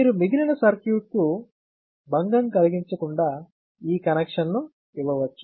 మీరు మిగిలిన సర్క్యూట్కు భంగం కలిగించకుండా ఈ కనెక్షన్ ను ఇవ్వవచ్చు